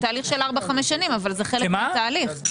בתהליך של ארבע-חמש שנים אבל זה חלק מהתהליך.